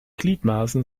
gliedmaßen